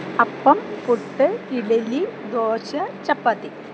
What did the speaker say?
അപ്പം പുട്ട് ഇഡലി ദോശ ചപ്പാത്തി